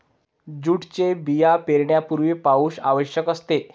जूटचे बिया पेरण्यापूर्वी पाऊस आवश्यक असते